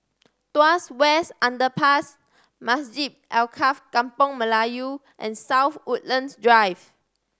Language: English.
Tuas West Underpass Masjid Alkaff Kampung Melayu and South Woodlands Drive